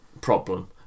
problem